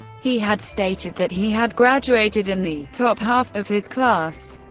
he had stated that he had graduated in the top half of his class,